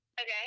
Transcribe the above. Okay